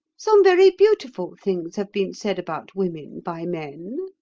some very beautiful things have been said about women by men.